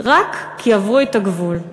רק כי עברו את הגבול.